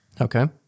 okay